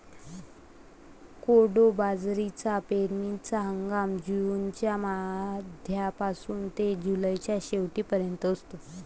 कोडो बाजरीचा पेरणीचा हंगाम जूनच्या मध्यापासून ते जुलैच्या शेवट पर्यंत असतो